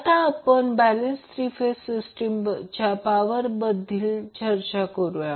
आता आपण balance three phase सिस्टीमधील पॉवरबद्दल चर्चा करूया